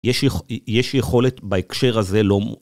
יש יכולת בהקשר הזה לא...